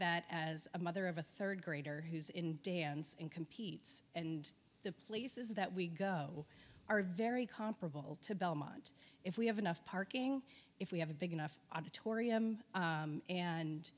that as a mother of a third grader who's in dance and competes and the places that we go are very comparable to belmont if we have enough parking if we have a big enough auditory m and